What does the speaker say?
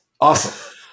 Awesome